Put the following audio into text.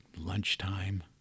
lunchtime